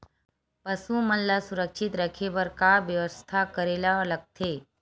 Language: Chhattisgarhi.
पशु मन ल सुरक्षित रखे बर का बेवस्था करेला लगथे?